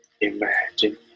Imagine